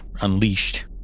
unleashed